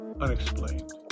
unexplained